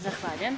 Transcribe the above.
Zahvaljujem.